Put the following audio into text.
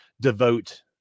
devote